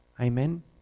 Amen